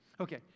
Okay